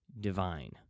divine